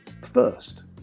First